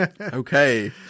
Okay